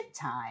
time